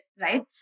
right